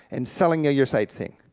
and selling you your sightseeing,